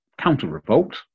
counter-revolt